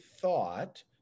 thought